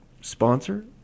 sponsor